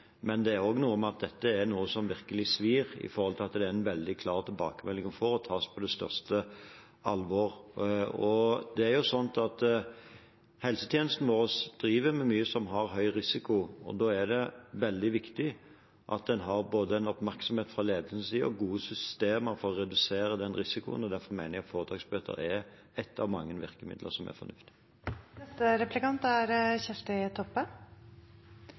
men det er også noe med at dette er noe som virkelig svir, med tanke på at det er en veldig klar tilbakemelding man får, som tas på det største alvor. Helsetjenestene våre driver med mye som har høy risiko, og da er det veldig viktig at en både har oppmerksomhet på det fra ledelsens side og gode systemer for å redusere den risikoen. Derfor mener jeg at foretaksbøter er ett av mange virkemidler som er